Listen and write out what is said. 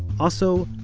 also,